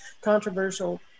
controversial